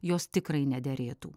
jos tikrai nederėtų